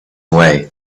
away